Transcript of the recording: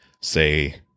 say